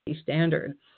standard